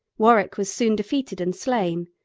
warwick was soon defeated and slain,